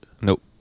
Nope